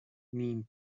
نیم